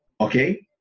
Okay